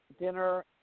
dinner